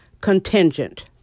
contingent